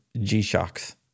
G-Shocks